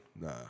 Nah